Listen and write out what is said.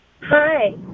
Hi